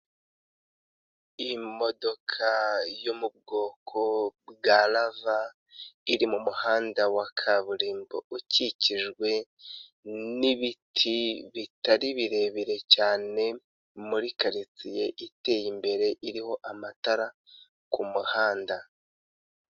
Imodoka yo mu bwoko bwa rava, iri mu muhanda wa kaburimbo ukikijwe n'ibiti bitari birebire cyane, muri karitsiye iteye imbere iriho amatara ku muhanda.